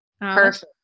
Perfect